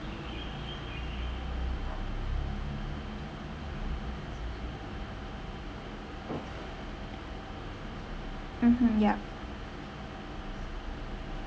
mmhmm yup